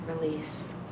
release